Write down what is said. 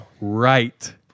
Right